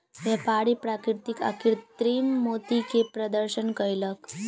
व्यापारी प्राकृतिक आ कृतिम मोती के प्रदर्शन कयलक